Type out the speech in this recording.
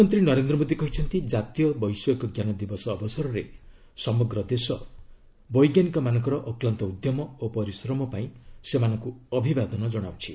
ପ୍ରଧାନମନ୍ତ୍ରୀ ନରେନ୍ଦ୍ର ମୋଦି କହିଛନ୍ତି କାତୀୟ ବୈଷୟିକ ଜ୍ଞାନ ଦିବସ ଅବସରରେ ସମଗ୍ର ଦେଶ ବୈଜ୍ଞାନିକମାନଙ୍କର ଅକ୍ଲାନ୍ତ ଉଦ୍ୟମ ଓ ପରିଶ୍ରମ ପାଇଁ ସେମାନଙ୍କୁ ଅଭିବାଦନ ଜଣାଉଛି